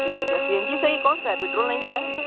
ठीक हे भैया सी एन जी सा ये कौन सा है पेट्रोल नही न है